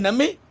me.